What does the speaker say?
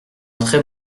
très